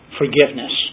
forgiveness